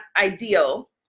ideal